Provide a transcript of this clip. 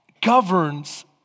governs